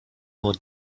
nur